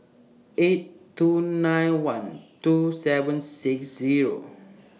eight two nine one two seven six Zero